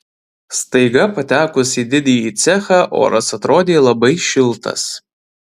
staiga patekus į didįjį cechą oras atrodė labai šiltas